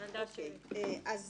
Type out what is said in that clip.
יש